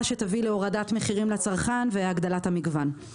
שתביא להורדת מחירים לצרכן והגדלת המגוון.